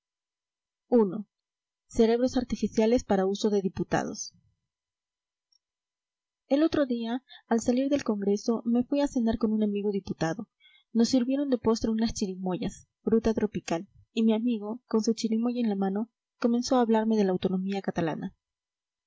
i cerebros artificiales para uso de diputados el otro día al salir del congreso me fui a cenar con un amigo diputado nos sirvieron de postre unas chirimoyas fruta tropical y mi amigo con su chirimoya en la mano comenzó a hablarme de la autonomía catalana